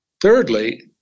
thirdly